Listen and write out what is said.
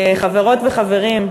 חברות וחברים,